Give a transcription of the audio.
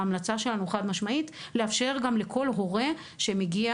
ההמלצה שלנו היא חד משמעית לאפשר לכל הורה שמגיע